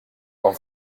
quan